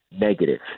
negative